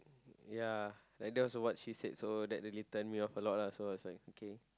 ya like that was what she said so that really turn me off a lot lah I was like okay